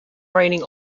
raining